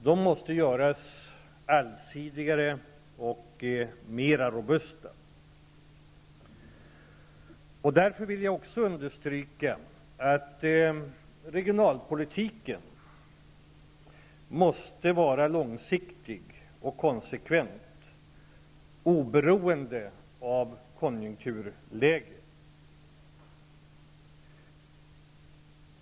De måste göras allsidigare och mera robusta. Därför vill jag också understryka att regionalpolitiken måste vara långsiktig och konsekvent, oberoende av konjunkturläget.